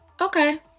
Okay